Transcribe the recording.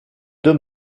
deux